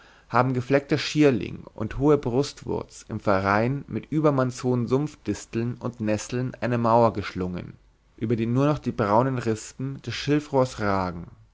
haben gefleckter schierling und hohe brustwurz im verein mit übermannshohen sumpfdisteln und nesseln eine mauer geschlungen über die nur noch die braunen rispen des schilfrohrs ragen